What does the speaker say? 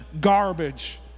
garbage